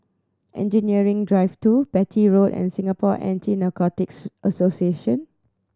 Engineering Drive Two Beatty Road and Singapore Anti Narcotics Association